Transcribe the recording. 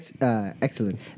Excellent